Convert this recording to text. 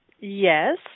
Yes